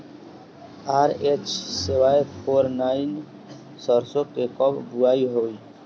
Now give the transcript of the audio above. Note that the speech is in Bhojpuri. आर.एच सेवेन फोर नाइन सरसो के कब बुआई होई?